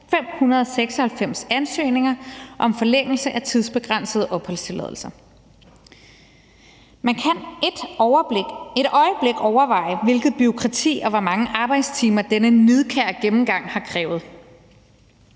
596 ansøgninger om forlængelse af tidsbegrænsede opholdstilladelser. Man kan et øjeblik overveje, hvilket bureaukrati og hvor mange arbejdstimer denne nidkære gennemgang har krævet.